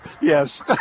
Yes